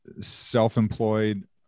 self-employed